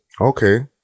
Okay